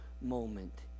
moment